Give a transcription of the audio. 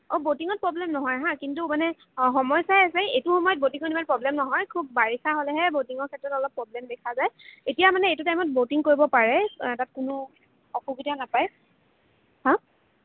অঁ ব'টিঙত পব্লেম নহয় হা কিন্তু মানে সময় চাই আছে এইটো সময়ত ব'টিঙত ইমান পব্লেম নহয় খুব বাৰিষা হ'লেহে ব'টিঙৰ ক্ষেত্ৰত অলপ পব্লেম দেখা যায় এতিয়া মানে এইটো টাইমত ব'টিঙ কৰিব পাৰে তাত কোনো অসুবিধা নাপায় হা